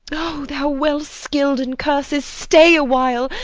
o thou well skill'd in curses, stay awhile,